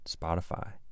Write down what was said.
Spotify